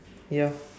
ya